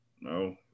no